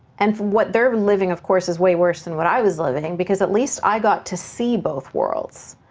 and what they're living, of course, is way worse than what i was living because at least i got to see both worlds.